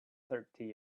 thirty